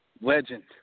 Legend